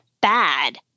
bad